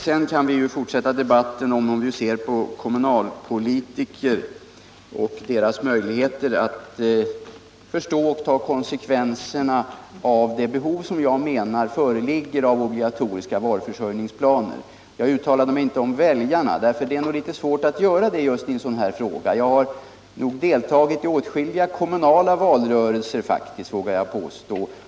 Sedan kan vi fortsätta debatten om hur vi ser på kommunalpolitiker och deras möjligheter att förstå och ta konsekvenserna av de behov som jag menar föreligger av obligatoriska varuförsörjningsplaner. Jag uttalade mig inte om väljarna — det är litet svårt att göra det i en sådan här fråga. Jag har deltagit i åtskilliga kommunala valrörelser, vågar jag påstå.